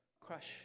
crush